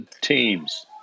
teams